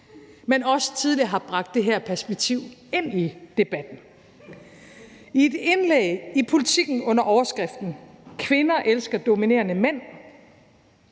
men også tidligere har bragt det her perspektiv ind i debatten. I et indlæg i Politiken under overskriften »Kvinder elsker dominerende mænd«